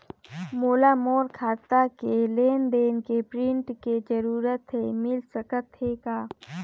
मोला मोर खाता के लेन देन के प्रिंट के जरूरत हे मिल सकत हे का?